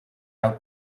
out